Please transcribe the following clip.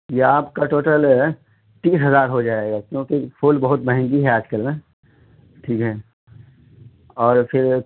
یہ آپ کا ٹوٹل تیس ہزار ہوجائے گا کیوںکہ پھول بہت مہنگی ہے آج کل نا ٹھیک ہے اور پھر ایک